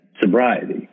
sobriety